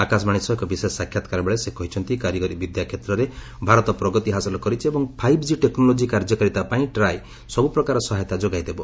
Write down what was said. ଆକାଶବାଣୀ ସହ ଏକ ବିଶେଷ ସାକ୍ଷାତକାର ବେଳେ ସେ କହିଛନ୍ତି କାରିଗରି ବିଦ୍ୟା କ୍ଷେତ୍ରରେ ଭାରତ ପ୍ରଗତି ହାସଲ କରିଛି ଏବଂ ଫାଇଭ୍ ଜି ଟେକ୍ନୋଲୋଜି କାର୍ଯ୍ୟକାରିତା ପାଇଁ ଟ୍ରାଏ ସବୁ ପ୍ରକାର ସହାୟତା ଯୋଗାଇ ଦେବ